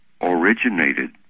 originated